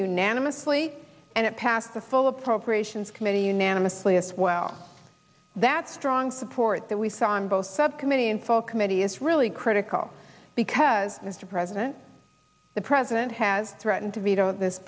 unanimously and it passed the full appropriations committee unanimously as well that's strong support that we saw on both subcommittee and full committee is really critical because mr president the president has threatened to veto this